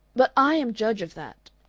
but i am judge of that,